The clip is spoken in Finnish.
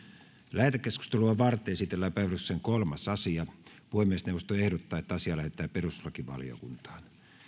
lähetekeskustelua varten esitellään päiväjärjestyksen kolmas asia puhemiesneuvosto ehdottaa että asia lähetetään perustuslakivaliokuntaan